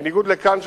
בניגוד לכאן,